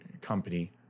company